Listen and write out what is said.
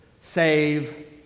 save